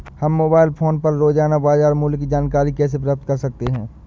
हम mobile phone पर रोजाना बाजार मूल्य की जानकारी कैसे प्राप्त कर सकते हैं?